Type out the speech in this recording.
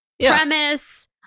premise